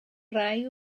rai